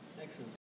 Excellent